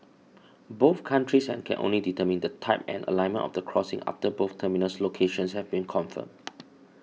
both countries and can only determine the type and alignment of the crossing after both terminus locations have been confirmed